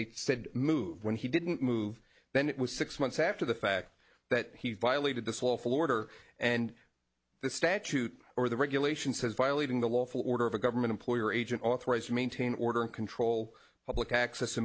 they said move when he didn't move then it was six months after the fact that he violated the lawful order and the statute or the regulation says violating the law full order of a government employee or agent authorized to maintain order and control public access a